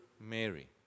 Mary